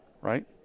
right